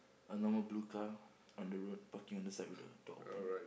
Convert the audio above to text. a normal blue car on the road parking on the side with the door open